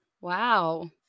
Wow